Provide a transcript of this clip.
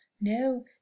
No